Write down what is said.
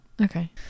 Okay